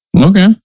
Okay